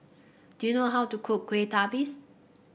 do you know how to cook Kueh Lapis